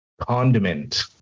condiment